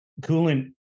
coolant